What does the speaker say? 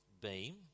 Beam